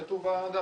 כמו שכתוב בדף.